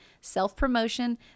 self-promotion